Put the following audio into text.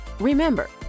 Remember